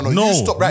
no